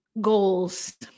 goals –